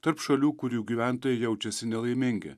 tarp šalių kurių gyventojai jaučiasi nelaimingi